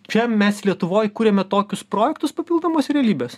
čia mes lietuvoj kuriame tokius projektus papildomos realybės